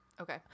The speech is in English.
Okay